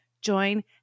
Join